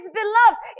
beloved